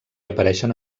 apareixen